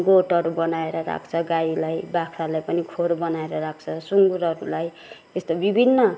गोठहरू बनाएर राख्छ गाईलाई बाख्रालाई पनि खोर बनाएर राख्छ सुँगुरहरूलाई यस्तो विभिन्न